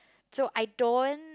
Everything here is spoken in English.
so I don't